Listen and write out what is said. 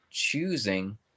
choosing